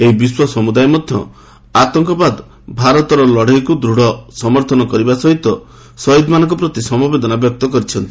ଏହି ବିଶ୍ୱ ସମୁଦାୟ ମଧ୍ୟ ଆତଙ୍କବାଦ ଭାରତର ଲଢେଇକୁ ଦୂଢ ସମର୍ଥନ କରିବା ସହିତ ଶହୀଦମାନଙ୍କ ପ୍ରତି ସମବେଦନା ବ୍ୟକ୍ତ କରିଛନ୍ତି